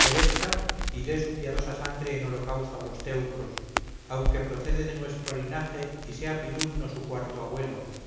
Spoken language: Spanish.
perezca y dé su piadosa sangre en holocausto a los teucros aunque procede de nuestro linaje y sea pilumno su cuarto abuelo